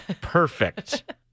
Perfect